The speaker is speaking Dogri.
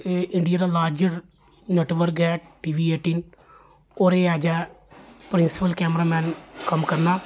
एह् इंडिया दा लार्जर नेटवर्क ऐ टी वी ऐटीन ओह्दे च as a principal camera man कम्म करना